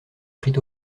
prit